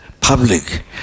public